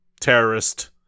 terrorist